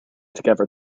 together